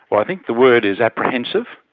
well, i think the word is apprehensive,